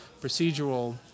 procedural